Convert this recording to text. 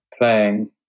playing